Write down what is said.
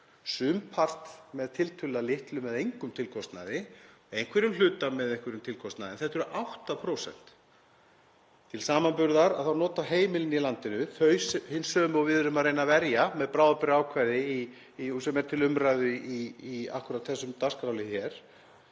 sumpart með tiltölulega litlum eða engum tilkostnaði, einhverjum hluta með einhverjum tilkostnaði, en þetta eru 8%. Til samanburðar nota heimilin í landinu, þau hin sömu og við erum að reyna að verja með bráðabirgðaákvæði sem er til umræðu í akkúrat þessum dagskrárlið hér,